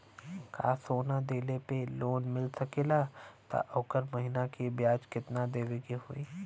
का सोना देले पे लोन मिल सकेला त ओकर महीना के ब्याज कितनादेवे के होई?